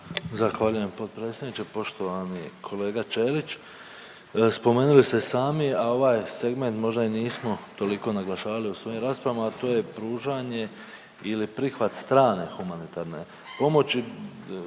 Zahvaljujem potpredsjedniče, poštovani kolega Ćelić. Spomenuli ste sami, a ovaj segment možda i nismo toliko naglašavali u svojim raspravama, a to je pružanje ili prihvat strane humanitarne pomoći.